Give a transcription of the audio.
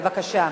בבקשה.